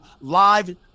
live